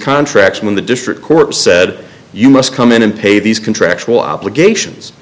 contracts when the district court said you must come in and pay these contractual obligations